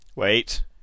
Wait